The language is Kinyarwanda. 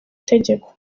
itegeko